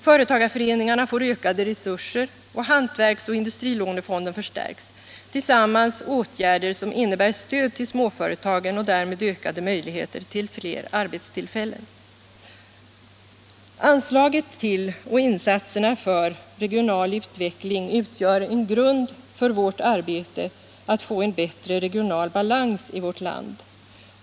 Företagareföreningarna får ökade resurser, och hantverksoch industrilånefonden förstärks — tillsammans åtgärder som innebär stöd till småföretagen och därmed ökade möjligheter till fler arbetstillfällen. Anslagen till och insatserna för regional utveckling utgör en grund för vårt arbete att få en bättre regional balans i vårt land.